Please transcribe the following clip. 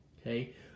Okay